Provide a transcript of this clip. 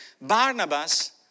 Barnabas